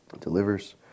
delivers